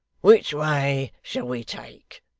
which way shall we take?